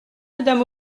madame